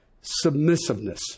submissiveness